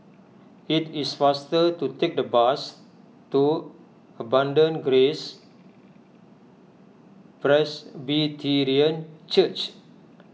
it is faster to take the bus to Abundant Grace Presbyterian Church